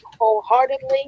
wholeheartedly